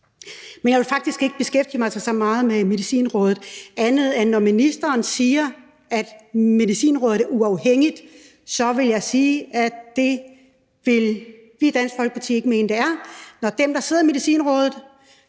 Men jeg vil faktisk ikke beskæftige mig så meget med Medicinrådet andet end at sige: Når ministeren siger, at Medicinrådet er uafhængigt, så vil jeg sige, at det vil vi i Dansk Folkeparti ikke mene det er, når dem, der sidder i Medicinrådet,